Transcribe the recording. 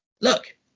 look